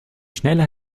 schneller